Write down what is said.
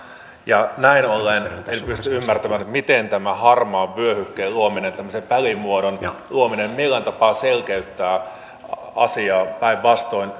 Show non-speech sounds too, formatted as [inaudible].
näin ollen ei pysty ymmärtämään miten tämän harmaan vyöhykkeen luominen tämmöisen välimuodon luominen millään tapaa selkeyttää asiaa asiaa päinvastoin [unintelligible]